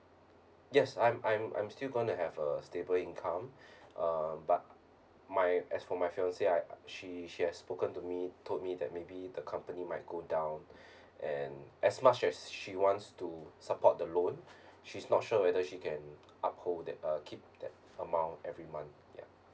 yes I'm I'm I'm still gonna have a stable income um but my as for my fiance I she she has spoken to me told me that maybe the company might go down and as much as she wants to support the loan she's not sure whether she can uphold that err keep that amount every month ya